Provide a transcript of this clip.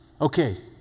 Okay